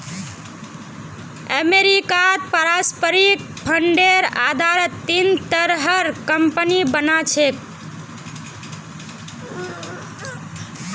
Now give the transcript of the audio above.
अमरीकात पारस्परिक फंडेर आधारत तीन तरहर कम्पनि बना छेक